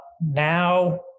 now